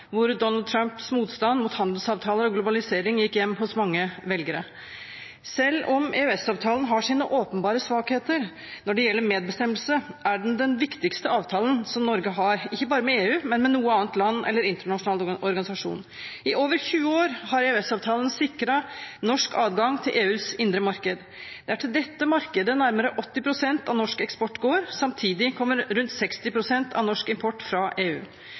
hvor Donald Trumps motstand mot handelsavtaler og globalisering gikk hjem hos mange velgere. Selv om EØS-avtalen har sine åpenbare svakheter når det gjelder medbestemmelse, er det den viktigste avtalen som Norge har – ikke bare med EU, men med noe annet land eller internasjonale organisasjoner. I over 20 år har EØS-avtalen sikret norsk adgang til EUs indre marked. Det er til dette markedet nærmere 80 pst. av norsk eksport går. Samtidig kommer rundt 60 pst. av norsk import fra EU.